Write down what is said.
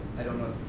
i don't know